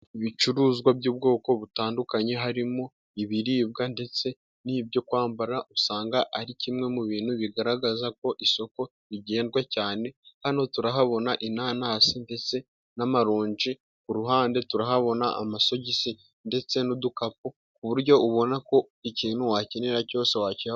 Ibicuruzwa by'ubwoko butandukanye, harimo ibiribwa ndetse n'ibyo kwambara, usanga ari kimwe mu bintu bigaragaza ko isoko rigendwa cyane, hano turahabona inanasi ndetse n'amaronji, ku ruhande turahabona amasogisi ndetse n'udukapu ku buryo ubona ko ikintu wakenera cyose wakibahobona.